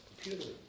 computer